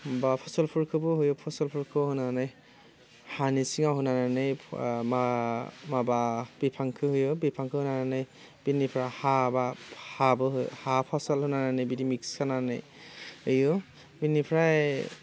बा फसलफोरखौबो होयो फसलफोरखौ होनानै हानि सिङाव होनानै मा माबा बिफांखौ होयो बिफांखौ होनानै बेनिफ्रा हा बा हाबो हा फसल होनानानै बिदि मिक्स होनानै होयो बेनिफ्राय